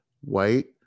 white